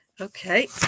okay